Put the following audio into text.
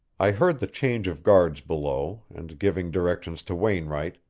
i heard the change of guards below, and, giving directions to wainwright,